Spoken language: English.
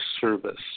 service